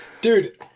Dude-